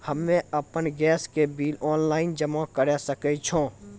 हम्मे आपन गैस के बिल ऑनलाइन जमा करै सकै छौ?